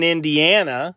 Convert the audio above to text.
Indiana